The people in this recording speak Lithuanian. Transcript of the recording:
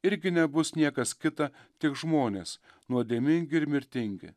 irgi nebus niekas kita tik žmonės nuodėmingi ir mirtingi